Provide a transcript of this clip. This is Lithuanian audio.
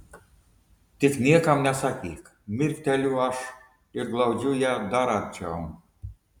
tik niekam nesakyk mirkteliu aš ir glaudžiu ją dar arčiau